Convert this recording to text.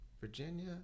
Virginia